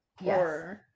Yes